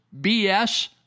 BS